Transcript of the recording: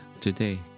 today